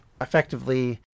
effectively